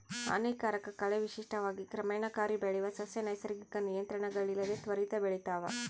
ಹಾನಿಕಾರಕ ಕಳೆ ವಿಶಿಷ್ಟವಾಗಿ ಕ್ರಮಣಕಾರಿ ಬೆಳೆಯುವ ಸಸ್ಯ ನೈಸರ್ಗಿಕ ನಿಯಂತ್ರಣಗಳಿಲ್ಲದೆ ತ್ವರಿತ ಬೆಳಿತಾವ